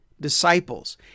disciples